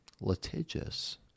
Litigious